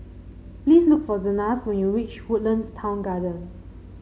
please look for Zenas when you reach Woodlands Town Garden